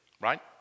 right